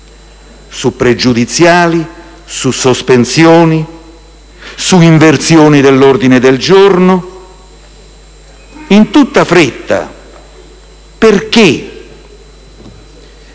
su pregiudiziali e sospensive e su inversioni dell'ordine del giorno. In tutta fretta perché?